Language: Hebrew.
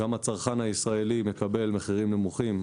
גם הצרכן הישראלי מקבל מחירים נמוכים,